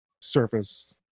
surface